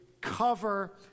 cover